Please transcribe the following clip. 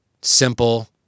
simple